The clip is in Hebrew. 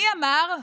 מי אמר?